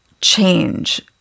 change